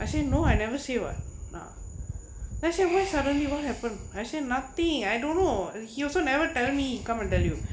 I say no I never say [what] lah that's why suddenly won't happen I say nothing I don't know he also never tell me come and tell you